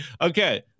Okay